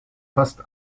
fast